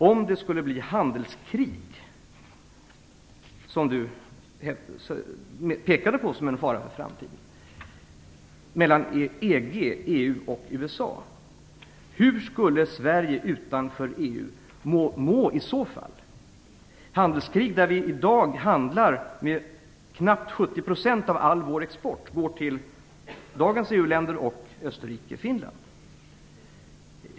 Om det skulle bli handelskrig, som Johan Lönnroth pekade på som en fara för framtiden, mellan EG/EU och USA, hur skulle Sverige utanför EU må i så fall? I dag går nästan 70 % av all vår export till dagens EU-länder samt Österrike och Finland.